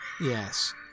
Yes